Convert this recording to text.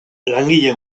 langile